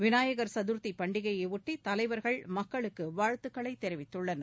விநாயகர் ச தர்த்தி பண்டிகையையாட்டி தலைவர்கள் பல் மக்களுக்கு வாழ்த்துக்களை தெரிவித்துள்ளன்